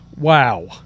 Wow